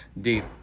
Deep